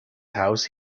house